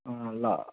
अँ ल ल